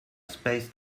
spaced